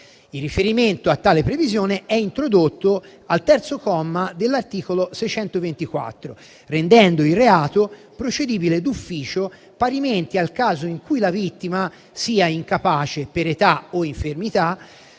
Il riferimento a tale previsione è introdotto al terzo comma dell'articolo 624, rendendo il reato procedibile d'ufficio parimenti nel caso in cui la vittima sia incapace, per età o infermità,